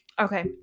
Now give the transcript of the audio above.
okay